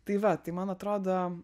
tai va tai man atrodo